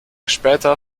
später